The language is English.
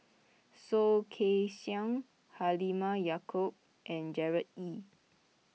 Soh Kay Siang Halimah Yacob and Gerard Ee